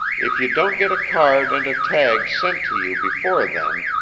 if you don't get a card and a tag sent to you, before then,